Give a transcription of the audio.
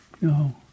No